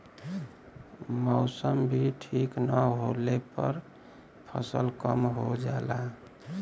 मौसम भी ठीक न होले पर फसल कम हो जाला